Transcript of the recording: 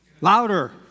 Louder